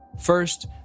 First